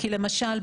כי למשל,